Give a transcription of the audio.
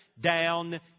down